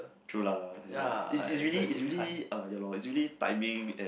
true lah it's it's really it's really uh ya lor it's really timing and